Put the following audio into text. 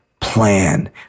plan